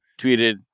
tweeted